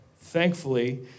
thankfully